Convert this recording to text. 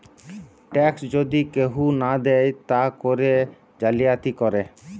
tax যদি কেহু না দেয় তা করে জালিয়াতি করে